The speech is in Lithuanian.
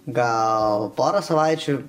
gal porą savaičių